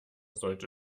sollte